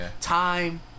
time